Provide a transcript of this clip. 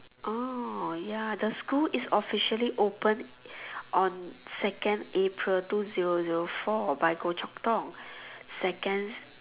oh ya the school is officially open on second April two zero zero four by Goh-Chok-Tong second